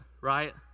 right